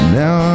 now